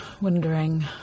wondering